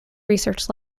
research